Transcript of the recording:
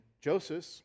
Joseph